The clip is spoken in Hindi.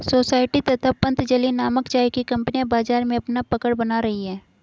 सोसायटी तथा पतंजलि नामक चाय की कंपनियां बाजार में अपना पकड़ बना रही है